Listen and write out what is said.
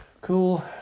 Cool